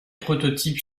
prototype